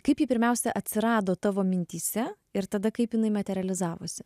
kaip ji pirmiausia atsirado tavo mintyse ir tada kaip jinai materializavosi